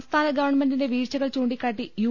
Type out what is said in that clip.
സംസ്ഥാന ഗവൺമെന്റിന്റെ വീഴ്ചകൾ ചൂണ്ടിക്കാട്ടി യു